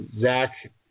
Zach